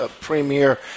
premier